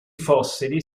fossili